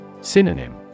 Synonym